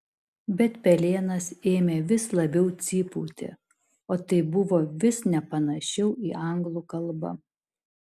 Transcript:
bet pelėnas ėmė vis labiau cypauti o tai buvo vis nepanašiau į anglų kalbą